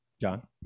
john